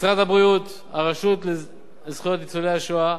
משרד הבריאות, הרשות לזכויות ניצולי השואה,